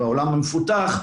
בעולם המפותח,